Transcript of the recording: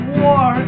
war